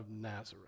Nazareth